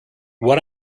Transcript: what